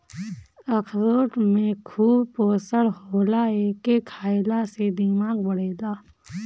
अखरोट में खूब पोषण होला एके खईला से दिमाग बढ़ेला